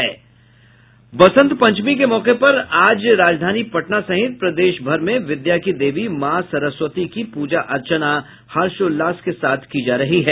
बसंत पंचमी के मौके पर आज राजधानी पटना सहित प्रदेशभर में विद्या की देवी मां सरस्वती की पूजा अर्चना हर्षोल्लास के साथ की जा रही है